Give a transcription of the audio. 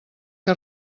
que